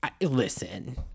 listen